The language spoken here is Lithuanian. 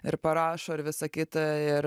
ir parašo ir visa kita ir